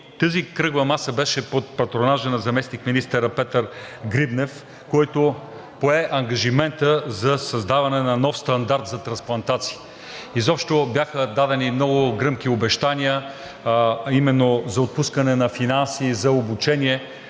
Тази кръгла маса беше под патронажа на заместник-министър Петър Гривнев, който пое ангажимента за създаване на нов стандарт за трансплантации. Изобщо бяха дадени много гръмки обещания именно за отпускане на финанси, за обучение